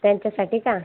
त्यांच्यासाठी का